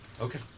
Okay